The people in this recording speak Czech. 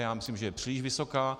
Já myslím, že je příliš vysoká.